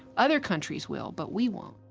other countries will, but we won't